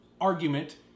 argument